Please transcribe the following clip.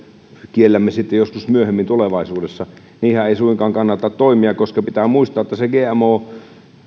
kiellämme sitten joskus myöhemmin tulevaisuudessa niinhän ei suinkaan kannata toimia koska pitää muistaa että se gmo